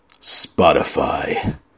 Spotify